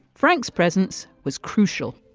frank's presence was crucial.